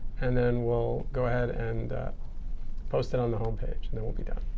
and then we'll go ahead and post it on the home page. and then we'll be done.